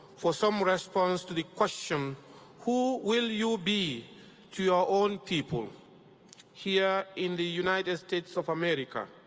for some response to the question who will you be to your own people here in the united states of america,